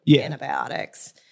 antibiotics